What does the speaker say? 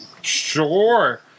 Sure